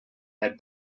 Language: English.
had